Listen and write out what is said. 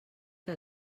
que